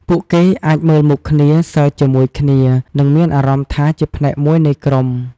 ពួកគេអាចមើលមុខគ្នា សើចជាមួយគ្នា និងមានអារម្មណ៍ថាជាផ្នែកមួយនៃក្រុម។